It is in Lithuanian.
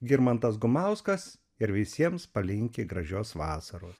girmantas gumauskas ir visiems palinki gražios vasaros